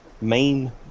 main